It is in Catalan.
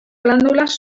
glàndules